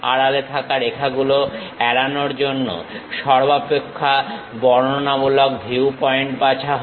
আড়ালে থাকা রেখাগুলো এড়ানোর জন্য সর্বাপেক্ষা বর্ণনামূলক ভিউ পয়েন্ট বাছা হয়